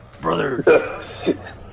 Brother